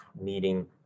meeting